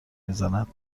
میزند